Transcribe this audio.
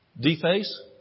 DeFace